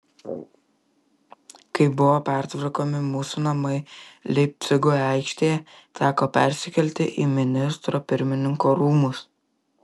kai buvo pertvarkomi mūsų namai leipcigo aikštėje teko persikelti į ministro pirmininko rūmus